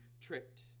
tricked